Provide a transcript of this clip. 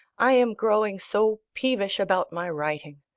i am growing so peevish about my writing.